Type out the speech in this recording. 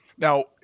Now